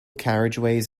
carriageways